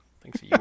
Thanks